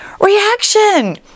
reaction